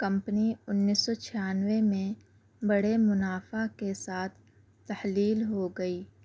company اُنیس سو چھیانوے میں بڑے مُنافع کے ساتھ تحلیل ہو گئی